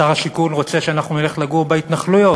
שר השיכון רוצה שאנחנו נלך לגור בהתנחלויות,